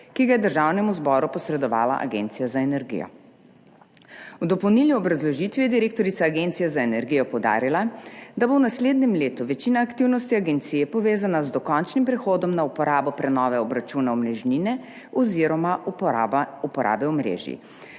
ki ga je Državnemu zboru posredovala Agencija za energijo. V dopolnilni obrazložitvi je direktorica Agencije za energijo poudarila, da bo v naslednjem letu večina aktivnosti agencije povezana z dokončnim prehodom na uporabo prenove obračuna omrežnine oziroma uporabe omrežij.